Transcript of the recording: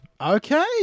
Okay